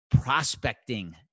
prospecting